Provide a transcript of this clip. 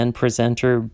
presenter